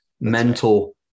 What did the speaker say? mental